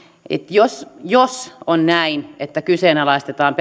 jos jos on näin että kyseenalaistetaan